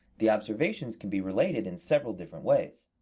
the observations can be related in several different ways.